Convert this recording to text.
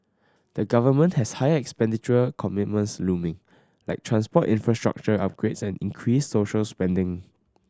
the government has higher expenditure commitments looming like transport infrastructure upgrades and increased social spending